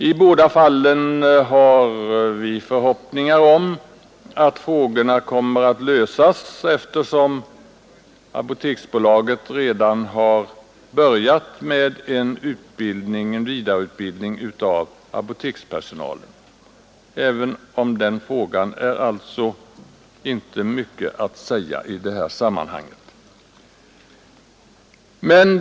I båda fallen har vi förhoppningar om att frågorna kommer att lösas, eftersom Apoteksbolaget redan har börjat med en vidareutbildning av apotekspersonal. Inte heller om den frågan är det alltså mycket att säga i detta sammanhang.